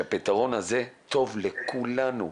פתרון שטוב לכולנו.